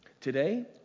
today